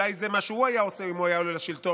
אולי זה מה שהוא היה עושה אם הוא היה עולה לשלטון.